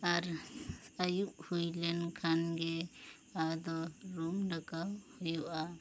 ᱟᱨ ᱟᱭᱩᱵ ᱦᱩᱭ ᱞᱮᱱ ᱠᱷᱟᱱ ᱜᱮ ᱟᱫᱚ ᱨᱩᱢ ᱰᱟᱠᱟᱣ ᱦᱩᱭᱩᱜᱼᱟ